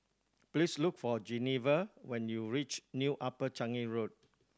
please look for Geneva when you reach New Upper Changi Road